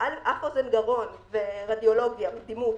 אף אוזן גרון ורדיולוגיה, דימות,